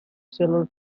cellular